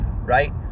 right